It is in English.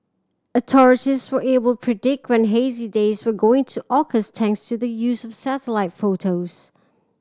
authorities were able predict when hazy days were going to occur thanks to the use of satellite photos